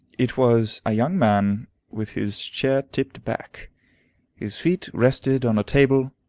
it was a young man with his chair tipped back his feet rested on a table,